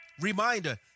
Reminder